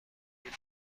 وجود